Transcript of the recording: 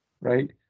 right